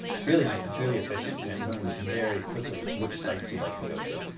it's really nice, it's really efficient, and it learns very quickly which sites you like to go to.